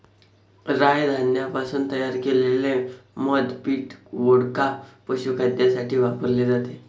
राय धान्यापासून तयार केलेले मद्य पीठ, वोडका, पशुखाद्यासाठी वापरले जाते